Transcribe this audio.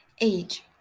Age